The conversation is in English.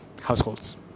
households